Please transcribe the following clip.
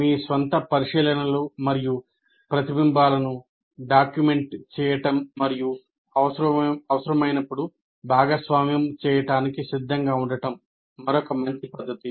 మీ స్వంత పరిశీలనలు మరియు ప్రతిబింబాలను డాక్యుమెంట్ చేయడం మరియు అవసరమైనప్పుడు భాగస్వామ్యం చేయడానికి సిద్ధంగా ఉండటం మరొక మంచి పద్ధతి